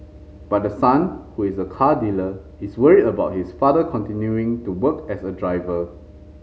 but the son who is a car dealer is worried about his father continuing to work as a driver